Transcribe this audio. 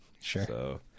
Sure